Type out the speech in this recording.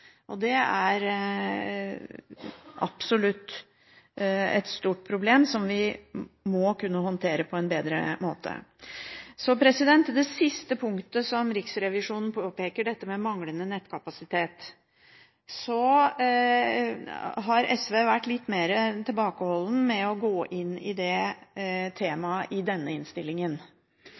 Det er absolutt et stort problem, som vi må kunne håndtere på en bedre måte. Når det gjelder det siste punktet som Riksrevisjonen påpeker, manglende nettkapasitet, har SV vært litt tilbakeholden med å gå inn i det temaet i denne innstillingen.